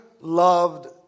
loved